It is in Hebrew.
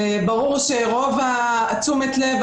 ברור שרוב תשומת הלב,